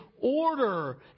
order